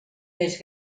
més